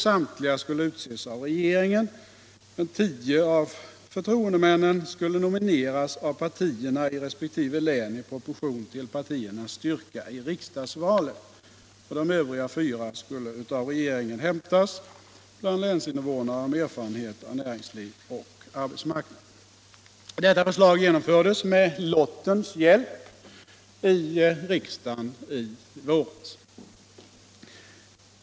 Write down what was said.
Samtliga skulle utses av regeringen, men 10 av förtroendemännen skulle nomineras av partierna i resp. län i proportion till partiernas styrka i riksdagsvalet, och de övriga 4 skulle av regeringen hämtas bland länsinvånare med erfarenhet av näringsliv och arbetsmarknad. Detta förslag genomfördes med lottens hjälp i riksdagen i våras.